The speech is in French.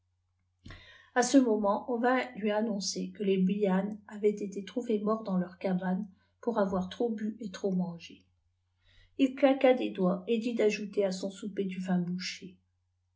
a ce moment on vint lui annoncer que les biann avaient été trouvés morts dans leur cabane pour avoir trop bu et trop mangé il claqua des doigts et dit d'ajouter à son souper du vin bouché